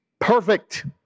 perfect